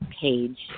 page